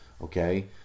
Okay